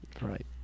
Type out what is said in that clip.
Right